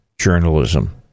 journalism